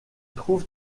trouve